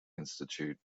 institute